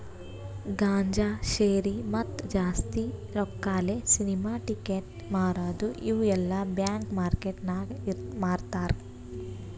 ಗಾಂಜಾ, ಶೇರಿ, ಮತ್ತ ಜಾಸ್ತಿ ರೊಕ್ಕಾಲೆ ಸಿನಿಮಾ ಟಿಕೆಟ್ ಮಾರದು ಇವು ಎಲ್ಲಾ ಬ್ಲ್ಯಾಕ್ ಮಾರ್ಕೇಟ್ ನಾಗ್ ಮಾರ್ತಾರ್